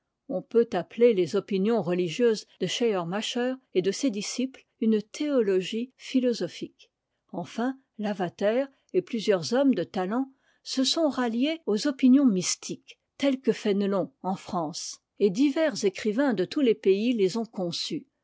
on peut appeler les opinions religieuses de schleiermacher et de ses disciples une théologie philosophique enfin lavater et plusieurs hommes de talent se sont ralliés aux opinions mystiques telles que fénélon en france et divers écrivains de tous les pays les ont conçues